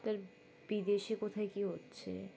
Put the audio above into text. তার বিদেশে কোথায় কী হচ্ছে